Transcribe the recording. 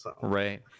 Right